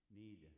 need